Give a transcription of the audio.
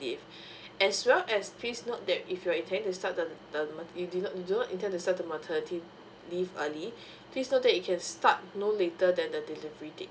leave as well as please note that if you're intending to start the the maternity you do not you do not intend to start the maternity leave early please note that you can start no later than the delivery date